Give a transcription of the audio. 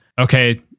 okay